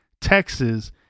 Texas